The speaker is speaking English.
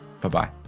bye-bye